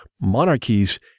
monarchies